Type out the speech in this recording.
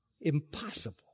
impossible